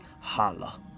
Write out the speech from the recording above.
Holla